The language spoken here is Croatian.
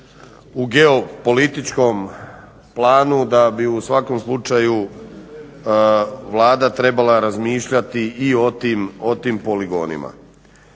u geo političkom planu da bi u svakom slučaju Vlada trebala razmišljati i o tim poligonima.